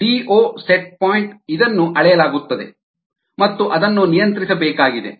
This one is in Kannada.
ಡಿಒ ಸೆಟ್ ಪಾಯಿಂಟ್ ಇದನ್ನು ಅಳೆಯಲಾಗುತ್ತದೆ ಮತ್ತು ಅದನ್ನು ನಿಯಂತ್ರಿಸಬೇಕಾಗಿದೆ